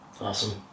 Awesome